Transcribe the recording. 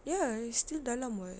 ya still dalam [what]